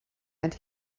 and